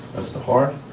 that's the heart,